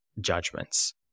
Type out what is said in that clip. judgments